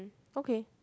okay